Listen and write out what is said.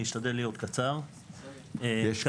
אני